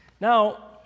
Now